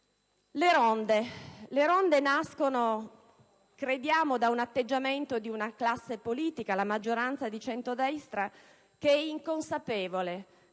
norma. Le ronde nascono - crediamo - da un atteggiamento di una classe politica, la maggioranza di centrodestra, che è inconsapevole